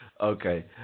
Okay